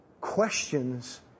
questions